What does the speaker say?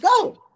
go